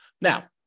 now